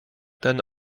ten